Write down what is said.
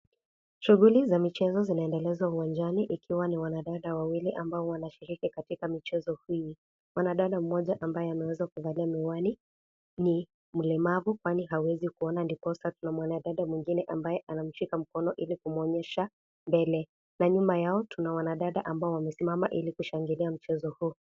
Shughuli za michezo zinaendelezwa uwanjani, ikiwa ni wanadada wawili ambao wanashiriki katika michezo hii. Mwanadada mmoja ambaye ameweza kuvalia miwani, ni mlemavu, kwani hawezi kuona ndiposa kuna mwanadada mwingine ambaye anamshika mkono ili kumwonyesha mbele. Na nyuma yao, tuna wanadada ambao wamesimama Ili kushangilia mchezo huu.